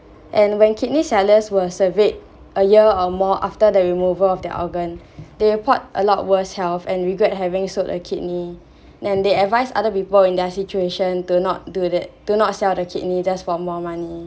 and when kidney sellers were surveyed a year or more after the removal of their organ they report a lot worse health and regret having sold a kidney and they advised other people in their situation to not do that to not sell the kidney just for more money